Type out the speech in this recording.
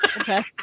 Okay